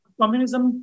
communism